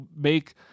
make